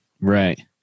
Right